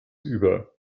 über